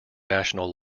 national